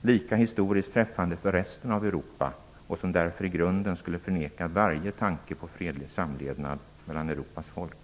lika historiskt träffande för resten av Europa, och som därför i grunden skulle förneka varje tanke på fredlig samlevnad mellan Europas folk.